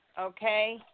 Okay